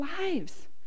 lives